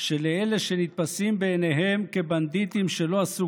שלאלה שנתפסים בעיניהם כבנדיטים שלא עשו